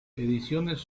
ediciones